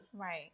Right